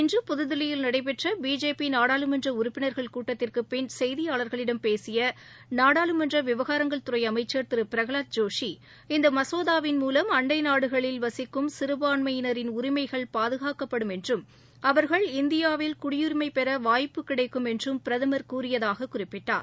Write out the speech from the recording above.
இன்று புதுதில்லியில் நடைபெற்ற பிஜேபி நாடாளுமன்ற உறுப்பினா்கள் கூட்டத்திற்குப் பின் செய்தியாளர்களிடம் பேசிய நாடாளுமன்ற விவகாரங்கள் துறை அமைச்சர் திரு பிரகவாத் ஜோஷி இந்த மசோதாவின் மூலம் அண்டை நாடுகளில் வசிக்கும் சிறுபான்மையினரின் உரிமை பாதுகாக்கப்படும் என்றும் அவர்கள் இந்தியாவில் குடியுரிமைபெற வாய்ப்பு கிடைக்கும் என்றும் பிரதமர் கூறியதாக குறிப்பிட்டார்